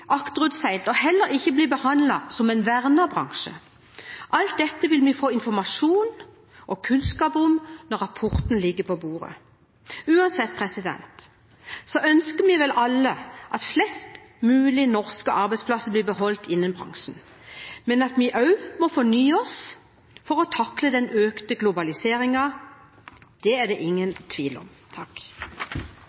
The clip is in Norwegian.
akterutseilt og heller ikke bli behandlet som en vernet bransje. Alt dette vil vi få informasjon og kunnskap om når rapporten ligger på bordet. Uansett ønsker vi vel alle at flest mulig norske arbeidsplasser blir beholdt innen bransjen, men at vi også må fornye oss for å takle den økte globaliseringen, er det ingen tvil om.